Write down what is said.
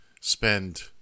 spend